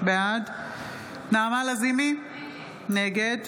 בעד נעמה לזימי, נגד